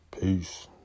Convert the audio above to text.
Peace